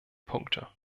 punkte